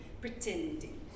Pretending